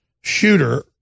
shooter